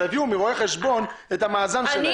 שיביאו מרואה חשבון את המאזן שלהם.